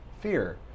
fear